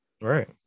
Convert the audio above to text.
right